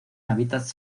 hábitats